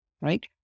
Right